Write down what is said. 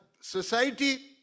society